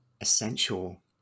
essential